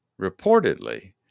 reportedly